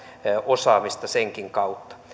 osaamista senkin kautta